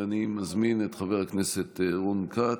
אני מזמין את חבר הכנסת רון כץ.